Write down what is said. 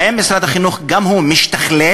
האם משרד החינוך גם הוא משתכלל,